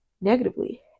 negatively